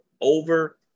over